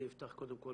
אני אפתח קודם כול